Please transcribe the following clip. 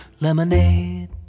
Lemonade